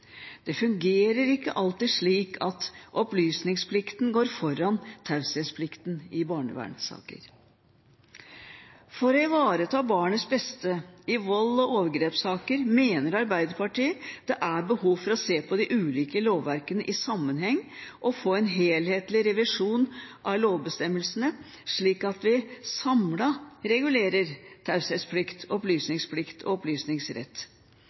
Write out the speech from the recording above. Det fungerer ikke alltid slik at opplysningsplikten går foran taushetsplikten i barnevernssaker. For å ivareta barnets beste i volds- og overgrepssaker mener Arbeiderpartiet det er behov for å se de ulike lovverkene i sammenheng og få en helhetlig revisjon av lovbestemmelsene, slik at vi samlet regulerer taushetsplikt, opplysningsplikt og opplysningsrett.